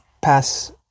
pass